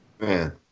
Man